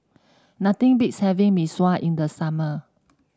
nothing beats having Mee Sua in the summer